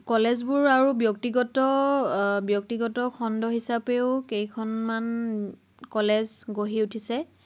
কলেজবোৰ আৰু ব্যক্তিগত ব্যক্তিগত খণ্ড হিচাপেও কেইখনমান কলেজ গঢ়ি উঠিছে